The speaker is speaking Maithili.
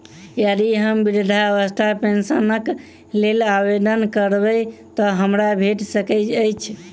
यदि हम वृद्धावस्था पेंशनक लेल आवेदन करबै तऽ हमरा भेट सकैत अछि?